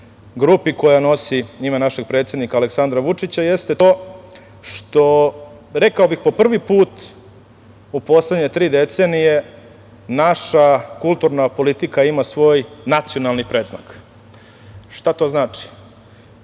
grupi koja nosi ime našeg predsednika Aleksandra Vučića, jeste to što, rekao bih po prvi put u poslednje tri decenije, naša kulturna politika ima svoj nacionalni predznak. Šta to znači?